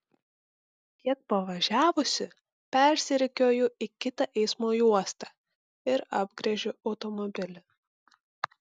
kiek pavažiavusi persirikiuoju į kitą eismo juostą ir apgręžiu automobilį